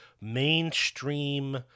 mainstream